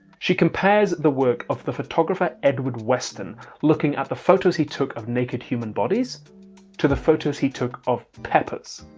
she compares the work of the photographer edward weston looking at the photos he took of naked human bodies to the photos he took of peppers.